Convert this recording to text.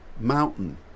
mountain